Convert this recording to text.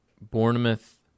Bournemouth